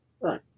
Right